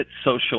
social